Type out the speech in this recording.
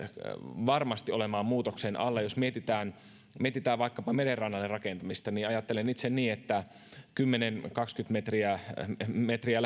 varmasti olemaan muutoksen alla jos mietitään vaikkapa merenrannalle rakentamista niin ajattelen itse niin että kymmenen viiva kaksikymmentä metriä metriä